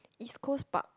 East-Coast-Park